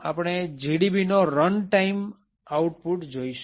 આપણે gdbનો run time output જોઈશું